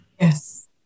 Yes